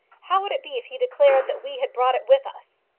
how would it be if he declared that we had brought it with us?